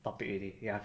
topic already ya